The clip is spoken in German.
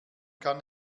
kann